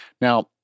Now